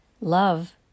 love